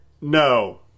no